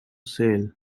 sail